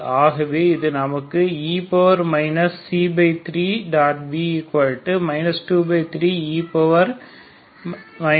ஆகவே இது நமக்கு e 3